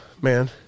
man